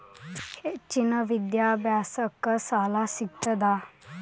ಹೆಚ್ಚಿನ ವಿದ್ಯಾಭ್ಯಾಸಕ್ಕ ಸಾಲಾ ಸಿಗ್ತದಾ?